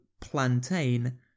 plantain